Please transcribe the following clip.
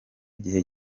igihe